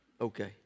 Okay